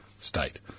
state